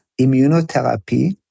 immunotherapy